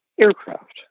aircraft